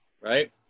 right